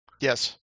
Yes